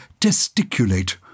Testiculate